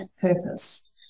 purpose